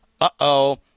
uh-oh